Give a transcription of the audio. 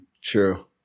true